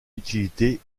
utilité